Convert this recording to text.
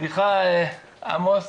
סליחה עמוס